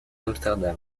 amsterdam